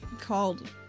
called